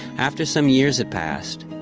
after some years had passed,